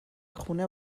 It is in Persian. خونه